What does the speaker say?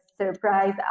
surprise